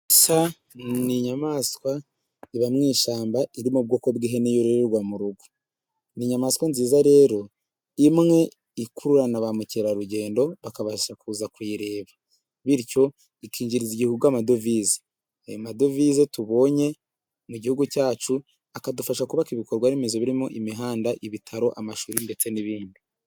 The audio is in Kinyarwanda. Ishya ni inyamaswa iba mu ishyamba iri mu bwoko bw'ihene yororerwa mu rugo. ni inyamaswa nziza rero imwe ikurura na ba mukerarugendo bakabasha kuza kuyireba bityo ikinjiriza igihugu amadovize. ayo madovize tubonye mu gihugu cyacu akadufasha kubaka ibikorwa remezo birimo; imihanda, ibitaro, amashuri ndetse n'ibindi.